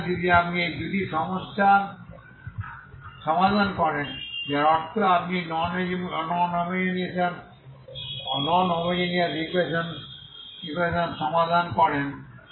সুতরাং যদি আপনি এই দুটি সমস্যার সমাধান করেন যার অর্থ আপনি নন হোমোজেনিয়াস ইকুয়েশন সমাধান করেন